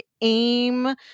aim